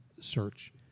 search